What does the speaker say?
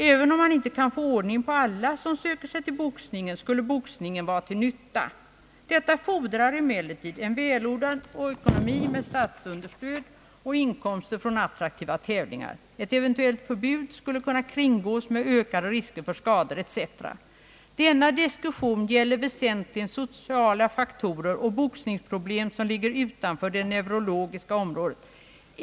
Även om man inte kan få ordning på alla som söker sig till boxningen skulle boxningen vara till nytta. Detta fordrar emellertid en välordnad ekonomi med statsunderstöd och inkomster från attraktiva tävlingar. Ett ev. förbud skulle kunna kringgås med ökad risk för skador etc. Denna diskussion gäller väsentligen sociala faktorer och boxningsproblem som ligger utanför det neurologiska området.